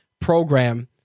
program